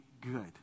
good